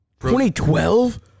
2012